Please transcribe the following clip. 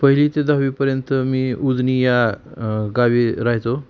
पहिली ते दहावीपर्यंत मी उजनी या गावी राहायचो